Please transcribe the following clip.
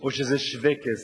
או שזה שווה-כסף,